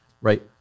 right